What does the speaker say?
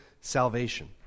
salvation